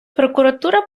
прокуратура